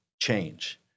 change